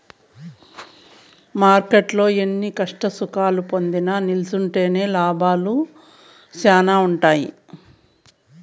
మార్కెట్టులో ఎన్ని కష్టసుఖాలు పొందినా నిల్సుంటేనే లాభాలు శానా ఉంటాయి